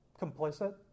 complicit